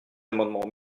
amendements